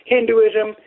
Hinduism